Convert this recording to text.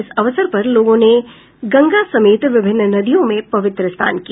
इस अवसर पर लोगों ने गंगा समेत विभिन्न नदियों में पवित्र स्नान किया